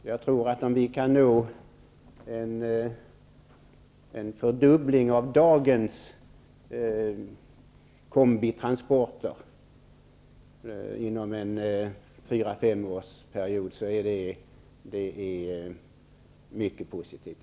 Om vi inom fyra fem år kan nå en fördubbling av dagens kombitransporter är det mycket positivt.